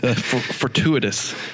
fortuitous